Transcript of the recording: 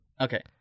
Okay